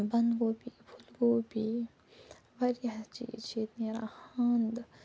بنٛد گوٗپی پھوٗل گوٗپی وارِیاہ چیٖز چھِ ییٚتہِ نیران ہنٛد